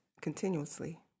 continuously